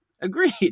Agreed